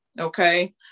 Okay